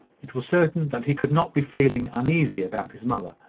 it was certain that he could not be feeling uneasy about his mother.